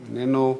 איננו,